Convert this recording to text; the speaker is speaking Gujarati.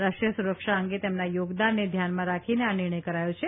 રાષ્ટ્રીય સુરક્ષા અંગે તેમના યોગદાનને ધ્યાનમાં રાખીને આ નિર્ણય કરાયો છે